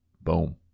Boom